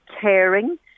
caring